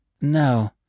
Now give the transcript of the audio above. No